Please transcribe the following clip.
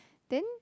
then